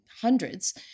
hundreds